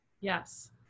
yes